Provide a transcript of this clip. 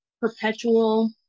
perpetual